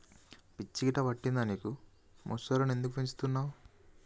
పిచ్చి గిట్టా పట్టిందా నీకు ముసల్లను ఎందుకు పెంచుతున్నవ్